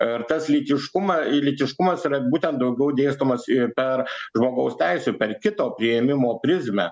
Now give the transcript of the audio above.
ir tas lytiškumą lytiškumas yra būtent daugiau dėstomas ir per žmogaus teisių per kito priėmimo prizmę